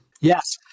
Yes